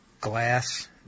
Glass